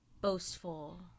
boastful